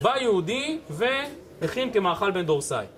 בא יהודי והאכיל כמאכל בן-דורסאי